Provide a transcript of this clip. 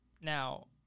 Now